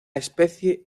especie